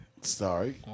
Sorry